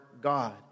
God